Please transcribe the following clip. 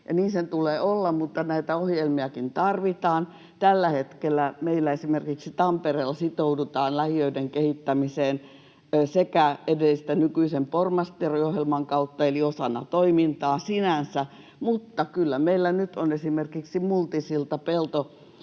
niin sen tulee olla, mutta näitä ohjelmiakin tarvitaan. Tällä hetkellä meillä esimerkiksi Tampereella sitoudutaan lähiöiden kehittämiseen sekä edellisen että nykyisen pormestariohjelman kautta, eli osana toimintaa sinänsä, mutta kyllä meillä nyt on esimerkiksi Peltolammin